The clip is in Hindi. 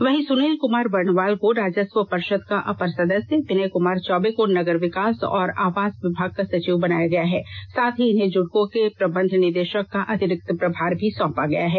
वहीं सुनील कुमार वर्णवाल को राजस्व पर्षद का अपर सदस्य विनय क्मार चौबे को नगर विकास और आवास विभाग का सचिव बनाया गया है साथ ही इन्हें जुडको के प्रबंध निदेशक का अतिरिक्त प्रभार भी सौंपा गया है